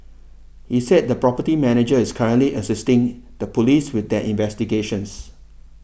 he said the property manager is currently assisting the police with their investigations